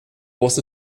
was